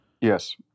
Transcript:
yes